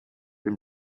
dem